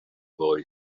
boy